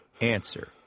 Answer